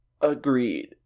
agreed